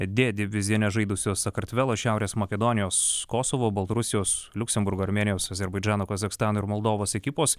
d divizione žaidusios sakartvelo šiaurės makedonijos kosovo baltarusijos liuksemburgo armėnijos azerbaidžano kazachstano ir moldovos ekipos